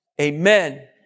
Amen